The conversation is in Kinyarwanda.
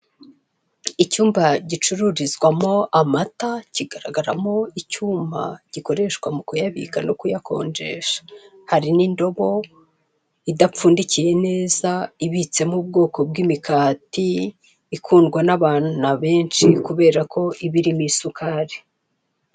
Icyumba gicururizwamo amata kigaragaramo icyuma gikoreshwa mukuyabika no kuyakonjesha, hari n'indobo idapfundikiye neza ibitsemo ubwoko bw'imikati ikundwa n'abana benshi kubera ko iba irimo isukari.